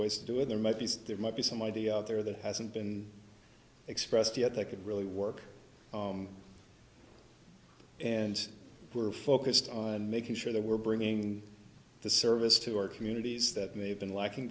ways to do it there might be there might be some idea out there that hasn't been expressed yet that could really work and we're focused on making sure that we're bringing the service to our communities that may have been lacking